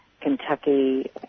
Kentucky